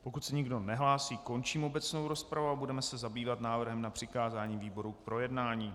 Pokud se nikdo nehlásí, končím obecnou rozpravu a budeme se zabývat návrhem na přikázání výboru k projednání.